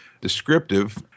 descriptive